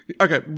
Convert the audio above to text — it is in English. Okay